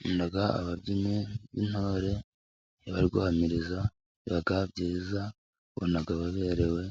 Dukunda ababyinnyi b'intore iyo bari guhamiriza, biba byiza ubona baberewe